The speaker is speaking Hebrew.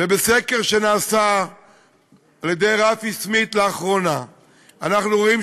ובסקר שנעשה על-ידי רפי סמית לאחרונה אנחנו רואים,